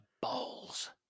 balls